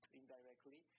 indirectly